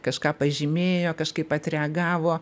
kažką pažymėjo kažkaip atreagavo